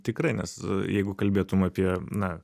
tikrai nes jeigu kalbėtum apie na